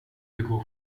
begå